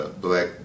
Black